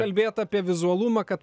kalbėjot apie vizualumą kad